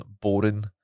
boring